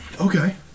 Okay